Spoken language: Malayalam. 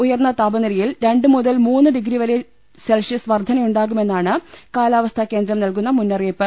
ഉയർന്ന താപ നിലയിൽ രണ്ട് മുതൽ മൂന്ന് വരെ ഡിഗ്രീ സെൽഷ്യസ് വർദ്ധനയുണ്ടാ കുമെന്നാണ് കാലാവസ്ഥാ കേന്ദ്രം നൽകുന്ന മുന്നറിയിപ്പ്